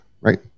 right